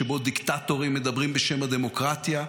שבו דיקטטורים מדברים בשם הדמוקרטיה,